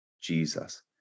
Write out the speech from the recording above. Jesus